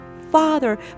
Father